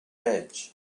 edge